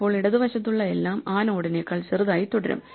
ഇപ്പോൾ ഇടതുവശതുള്ള എല്ലാം ആ നോഡിനേക്കാൾ ചെറുതായി തുടരും